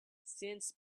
since